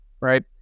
right